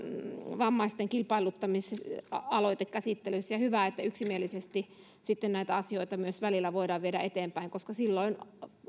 vammaisten avun kilpailuttamisen aloite käsittelyssä ja hyvä että yksimielisesti näitä asioita välillä voidaan viedä eteenpäin koska silloin